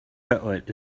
cutlet